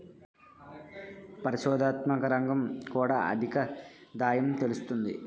పరిశోధనాత్మక రంగం కూడా అధికాదాయం తెస్తుంది